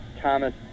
Thomas